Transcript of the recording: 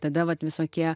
tada vat visokie